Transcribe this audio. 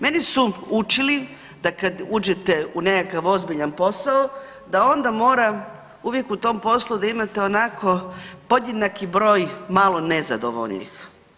Mene su učili da kad uđete u nekakav ozbiljan posao, da onda mora uvijek u tom poslu da imate onako podjednaki broj malo nezadovoljnih.